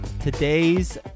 Today's